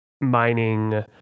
mining